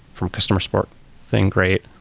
from customer support thing great,